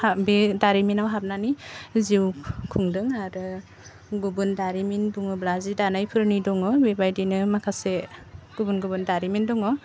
हा बे दारिमिनाव हाबनानै जिउ खुंदों आरो गुबुन दारिमिन बुङोब्ला जि दानायफोरनि दङ बेबायदिनो माखासे गुबुन गुबुन दारिमिन दङ